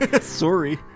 sorry